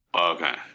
Okay